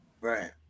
Right